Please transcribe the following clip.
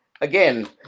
again